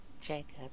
Jacob